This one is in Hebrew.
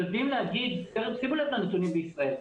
שימו לב לנתונים בישראל.